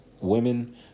women